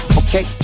okay